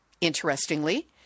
Interestingly